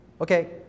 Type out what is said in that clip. Okay